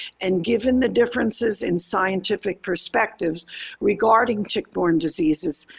and given the differences in scientific perspectives regarding tick-borne diseases,